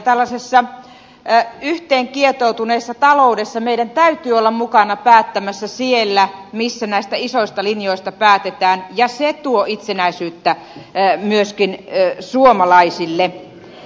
tällaisessa yhteenkietoutuneessa taloudessa meidän täytyy olla mukana päättämässä siellä missä näistä isoista linjoista päätetään ja se tuo itsenäisyyttä myöskin suomalaisille